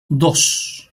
dos